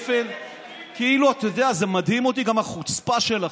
אתה יודע, מדהימה אותי גם החוצפה שלכם.